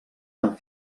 han